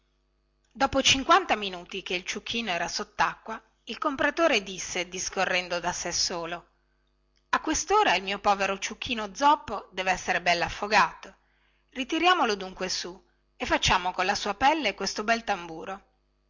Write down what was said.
dopo cinquanta minuti che il ciuchino era sottacqua il compratore disse discorrendo da sé solo a questora il mio povero ciuchino zoppo deve essere bellaffogato ritiriamolo dunque su e facciamo con la sua pelle questo bel tamburo